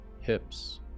hips